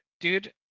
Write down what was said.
Dude